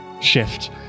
Shift